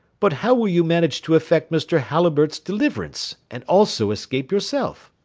but how will you manage to effect mr. halliburtt's deliverance and also escape yourself?